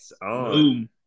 Boom